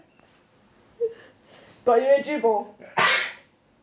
but you agree bo